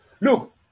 Look